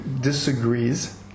disagrees